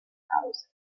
house